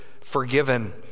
forgiven